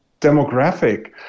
demographic